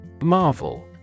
Marvel